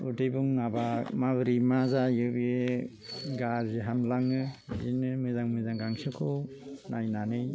उदै बुङाबा माबोरै मा जायो बे गाज्रि हामलाङो बिदिनो मोजां मोजां गांसोखौ नायनानै